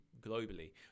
globally